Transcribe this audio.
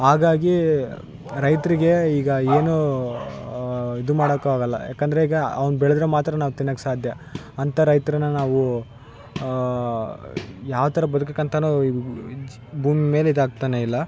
ಹಾಗಾಗಿ ರೈತರಿಗೆ ಈಗ ಏನು ಇದು ಮಾಡಾಕು ಆಗಲ್ಲ ಯಾಕಂದರೆ ಈಗ ಅವ್ನ ಬೆಳೆದರೆ ಮಾತ್ರ ನಾವು ತಿನ್ನಕ್ಕೆ ಸಾಧ್ಯ ಅಂತ ರೈತ್ರನ್ನ ನಾವು ಯಾವ್ಥರ ಬದ್ಕಕ್ಕಂತನು ಭೂಮಿ ಮೇಲೆ ಇದಾಗ್ತಾನೆ ಇಲ್ಲ